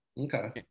Okay